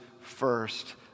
first